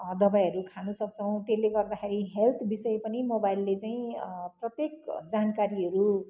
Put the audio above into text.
दबाईहरू खानसक्छौँ त्यसले गर्दाखेरि हेल्थ विषय पनि मोबाइलले चाहिँ प्रत्येक जानकारीहरू